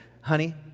honey